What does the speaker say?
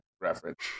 reference